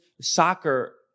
soccer